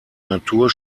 natur